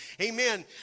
Amen